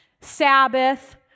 Sabbath